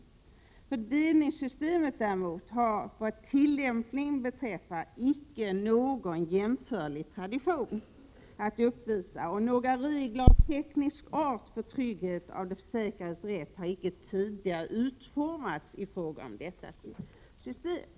Fördelningssystemet däremot har vad tillämpningen beträffar icke någon jämförlig tradition att uppvisa och några regler av teknisk art för tryggandet av de försäkrades rätt har ——— icke tidigare utformats i fråga om detta system.